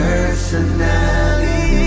Personality